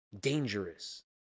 dangerous